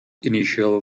initial